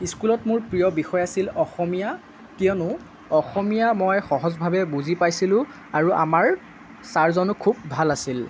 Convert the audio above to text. স্কুলত মোৰ প্ৰিয় বিষয় আছিল অসমীয়া কিয়নো অসমীয়া মই সহজভাৱে বুজি পাইছিলোঁ আৰু আমাৰ ছাৰজনো খুব ভাল আছিল